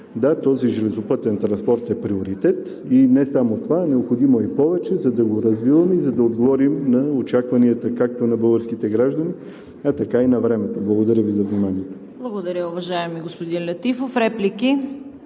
да, този железопътен транспорт е приоритет. А и не само това, необходимо е и повече – да го развиваме, за да отговорим на очакванията както на българските граждани, а така и на времето. Благодаря Ви за вниманието. ПРЕДСЕДАТЕЛ ЦВЕТА КАРАЯНЧЕВА: Благодаря, уважаеми господин Летифов. Реплики?